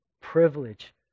privilege